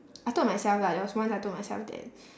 I told myself lah there was once I told myself that